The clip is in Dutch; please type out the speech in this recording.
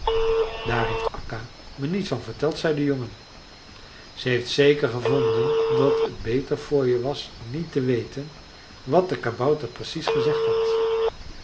daar heeft akka me niets van verteld zei de jongen ze heeft zeker gevonden dat t beter voor je was niet te weten wat de kabouter precies gezegd had